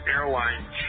Airline